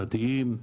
שנתיים,